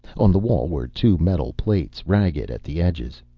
on the wall were two metal plates, ragged at the edges.